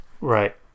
Right